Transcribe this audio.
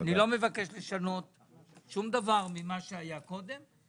אני לא מבקש לשנות שום דבר ממה שהיה קודם,